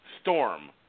storm